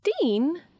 Dean